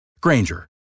Granger